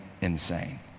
insane